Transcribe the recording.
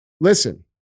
Listen